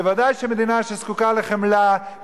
בוודאי במדינה שזקוקה לחמלה,